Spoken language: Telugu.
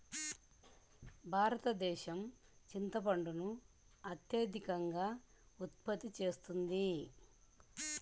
భారతదేశం చింతపండును అత్యధికంగా ఉత్పత్తి చేస్తున్నది